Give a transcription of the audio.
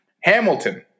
Hamilton